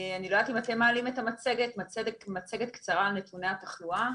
אני רוצה להציג מצגת קצרה על נתוני התחלואה,